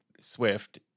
Swift